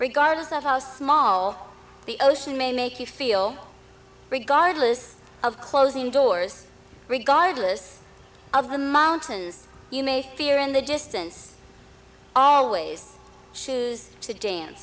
regardless of how small the ocean may make you feel regardless of clothes indoors regardless of the mountains you may fear in the distance always choose to dance